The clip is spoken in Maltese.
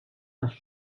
tax